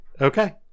Okay